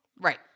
Right